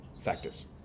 factors